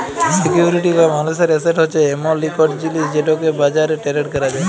security বা মালুসের asset হছে এমল ইকট জিলিস যেটকে বাজারে টেরেড ক্যরা যায়